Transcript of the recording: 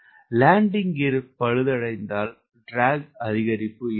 landing gear பழுதடைந்ததால் drag அதிகரிப்பு இருக்கும்